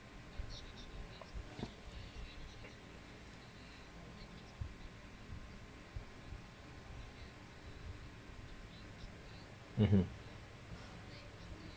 mmhmm